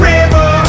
River